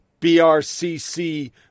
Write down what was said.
BRCC